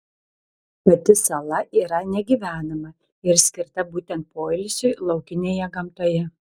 pati sala yra negyvenama ir skirta būtent poilsiui laukinėje gamtoje